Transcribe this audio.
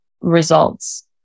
results